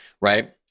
right